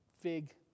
fig